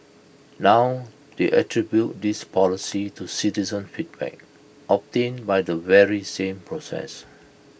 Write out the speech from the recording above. now they attribute this policy to citizen feedback obtained by the very same process